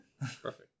Perfect